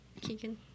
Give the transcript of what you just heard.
Keegan